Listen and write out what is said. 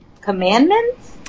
commandments